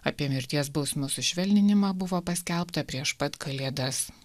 apie mirties bausmių sušvelninimą buvo paskelbta prieš pat kalėdas